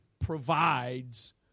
provides